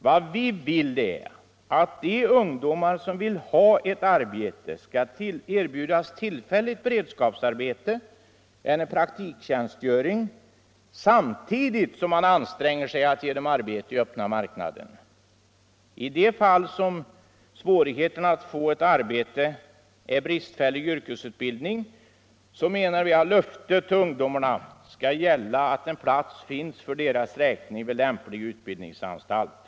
Vad vi vill är att de ungdomar som vill ha arbete skall erbjudas tillfälligt beredskapsarbete eller praktiktjänstgöring, samtidigt som man anstränger sig att ge dem arbete i öppna marknaden. I de fall där svårigheterna att få arbete beror på bristfällig yrkesutbildning menar vi att löftet till ungdomarna skall innebära att en plats finns för deras räkning vid lämplig utbildningsanstalt.